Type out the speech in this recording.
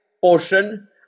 portion